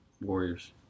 Warriors